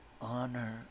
honor